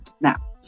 Now